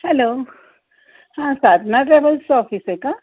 hello हां Sadhana travels office आहे का